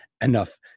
enough